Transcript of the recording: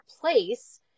place